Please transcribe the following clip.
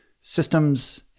systems